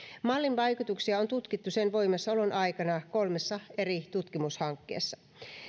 mallin vaikutuksia on tutkittu sen voimassaolon aikana kolmessa eri tutkimushankkeessa